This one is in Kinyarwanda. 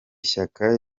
shyaka